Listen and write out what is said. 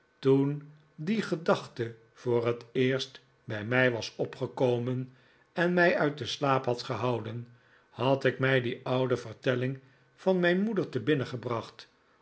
toen die gedachte voor het eerst bij mij was opgekomen en mij uit den slaap had gehouden had ik mij die oude vertelling van mijn moeder te binnen gebracht